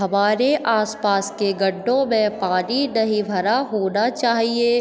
हमारे आसपास के गड्डों में पानी नहीं भरा होना चाहिए